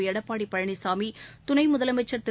Edappadi Palaniswami துணைமுதலமைச்ச் Thiru